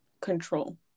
control